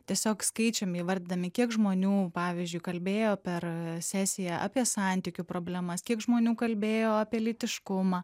tiesiog skaičiumi įvardydami kiek žmonių pavyzdžiui kalbėjo per sesiją apie santykių problemas kiek žmonių kalbėjo apie lytiškumą